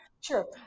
sure